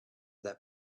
that